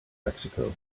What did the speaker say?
mexico